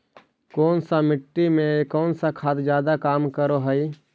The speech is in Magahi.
कौन सा मिट्टी मे कौन सा खाद खाद जादे काम कर हाइय?